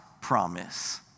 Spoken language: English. promise